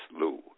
Lou